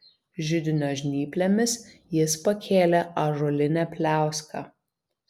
židinio žnyplėmis jis pakėlė ąžuolinę pliauską